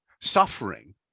suffering